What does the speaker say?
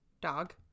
Dog